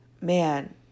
man